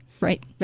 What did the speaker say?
right